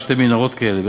שתי מנהרות כאלה,